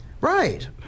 Right